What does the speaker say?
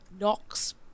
knocks